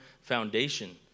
foundation